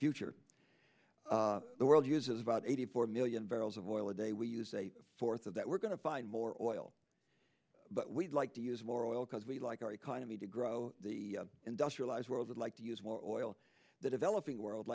future the world uses about eighty four million barrels of oil a day we use a fourth of that we're going to find more oil but we'd like to use more oil because we like our economy to grow the industrialized world would like to use more oil the developing world